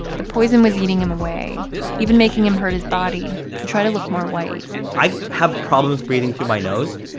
the poison was eating him away even making him hurt his body to try to look more white c i have problems breathing through my nose.